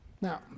Now